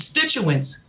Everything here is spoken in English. constituents